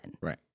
Right